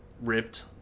ripped